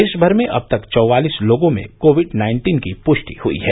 देशभर में अभी तक चौवालीस लोगों में कोविड नाइन्टीन की पुष्टि हुई है